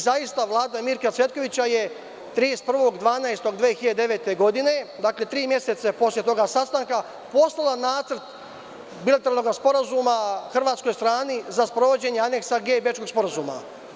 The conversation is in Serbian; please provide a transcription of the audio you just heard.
Zaista, Vlada Mirka Cvetkovića je 31.12.2009. godine, dakle, tri meseca posle tog sastanka, poslala je nacrt bilateralnog sporazuma Hrvatskoj strani za sprovođenje Aneksa „G“ Bečkog sporazuma.